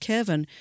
Kevin